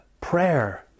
prayer